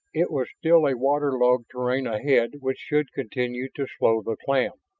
it was still a waterlogged terrain ahead which should continue to slow the clan.